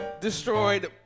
destroyed